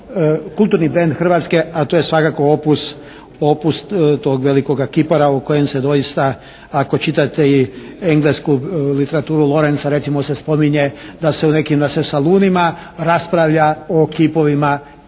kulturni brend Hrvatske a to je svakako opus, opus tog velikoga kipara o kojem se doista ako čitate i englesku literaturu, Lorensa recimo se spominje da se u nekim, da se u salunima raspravlja o kipovima Ivana